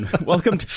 welcome